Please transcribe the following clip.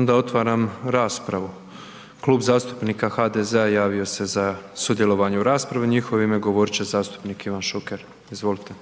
onda otvaram raspravu. Klub zastupnika HDZ-a javio se za sudjelovanje u raspravi u njihovo ime govoriti će zastupnik Ivan Šuker. Izvolite.